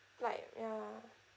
like ya